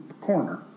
corner